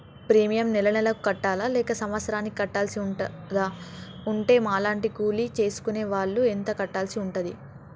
Premium నెల నెలకు కట్టాలా లేక సంవత్సరానికి కట్టాల్సి ఉంటదా? ఉంటే మా లాంటి కూలి చేసుకునే వాళ్లు ఎంత కట్టాల్సి ఉంటది?